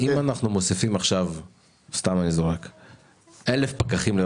אם אנחנו מוסיפים עכשיו אלף פקחים,